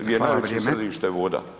gdje je najveće selište voda.